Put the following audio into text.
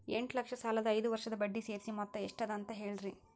ಎಂಟ ಲಕ್ಷ ಸಾಲದ ಐದು ವರ್ಷದ ಬಡ್ಡಿ ಸೇರಿಸಿ ಮೊತ್ತ ಎಷ್ಟ ಅದ ಅಂತ ಹೇಳರಿ?